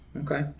Okay